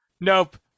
Nope